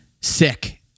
sick